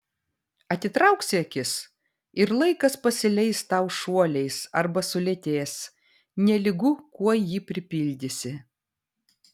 atitrauksi akis ir laikas pasileis tau šuoliais arba sulėtės nelygu kuo jį pripildysi